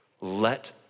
let